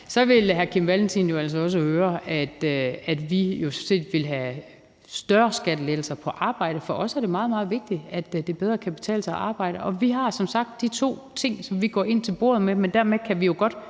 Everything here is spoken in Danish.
– ville hr. Kim Valentin også have hørt, at vi sådan set vil have større skattelettelser på arbejde. For os er det meget, meget vigtigt, at det bedre kan betale sig at arbejde. Vi har som sagt to ting, som vi går ind til bordet med, men derfor kan vi jo